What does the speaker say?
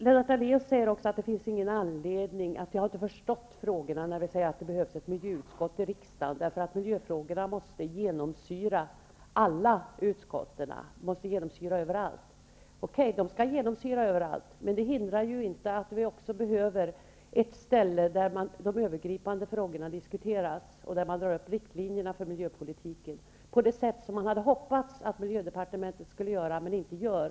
Lennart Daléus säger också att vi inte har förstått frågorna när vi säger att det behövs ett miljöutskott i riksdagen -- miljöfrågorna måste genomsyra arbetet överallt. Okej, de skall genomsyra arbetet överallt, men det hindrar ju inte att vi behöver ett ställe där de övergripande frågorna diskuteras och där man drar upp riktlinjerna för miljöpolitiken, på det sätt som man hade hoppats att miljödepartementet skulle göra men inte gör.